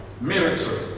military